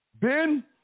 Ben